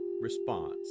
response